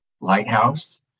lighthouse